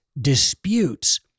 disputes